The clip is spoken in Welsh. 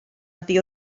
oddi